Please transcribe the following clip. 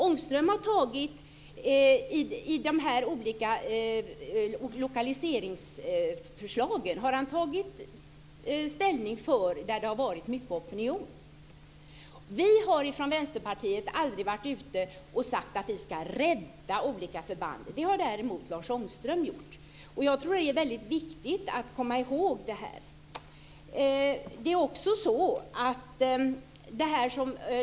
Ångström har i de olika lokaliseringsförslagen tagit ställning för dem där det har varit mycket opinion. Vi i Vänsterpartiet har aldrig sagt att vi ska rädda olika förband. Det har däremot Lars Ångström gjort. Jag tror att det är väldigt viktigt att komma ihåg det.